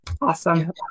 awesome